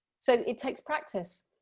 so it takes practice